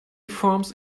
forms